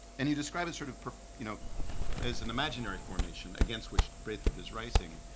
and you describe it sort of you know as an imaginary formation against which brathwaite is writing.